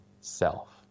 self